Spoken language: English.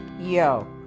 yo